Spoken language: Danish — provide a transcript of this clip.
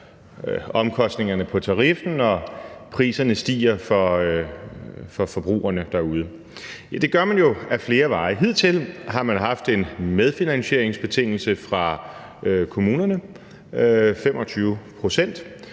omkostningerne på tariffen og priserne stiger for forbrugerne derude? Det gør man jo ad flere veje. Hidtil har man haft en medfinansieringsbetingelse fra kommunerne, nemlig